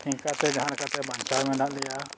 ᱤᱱᱠᱟᱹᱛᱮ ᱡᱟᱦᱟᱸ ᱞᱮᱠᱟᱛᱮ ᱵᱟᱧᱪᱟᱣ ᱢᱮᱱᱟᱜ ᱞᱮᱭᱟ